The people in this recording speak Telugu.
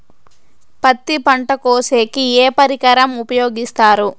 పత్తి పంట కోసేకి ఏ పరికరం ఉపయోగిస్తారు?